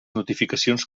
notificacions